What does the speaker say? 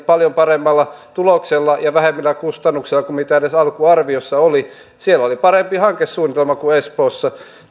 paljon paremmalla tuloksella ja vähemmillä kustannuksilla kuin mitä tässä alkuarviossa oli oli parempi hankesuunnitelma kuin espoossa